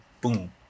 boom